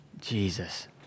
Jesus